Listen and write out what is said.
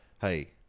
Hey